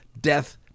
death